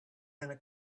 gonna